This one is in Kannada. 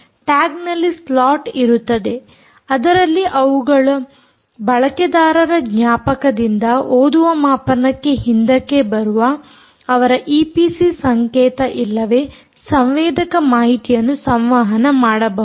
ಟ್ಯಾಗ್ನಲ್ಲಿ ಸ್ಲಾಟ್ ಇರುತ್ತದೆ ಅದರಲ್ಲಿ ಅವುಗಳು ಬಳಕೆದಾರರ ಜ್ಞಾಪಕದಿಂದ ಓದುವ ಮಾಪನಕ್ಕೆ ಹಿಂದಕ್ಕೆ ಬರುವ ಅದರ ಈಪಿಸಿ ಸಂಕೇತ ಇಲ್ಲವೇ ಸಂವೇದಕ ಮಾಹಿತಿಯನ್ನು ಸಂವಹನ ಮಾಡಬಹುದು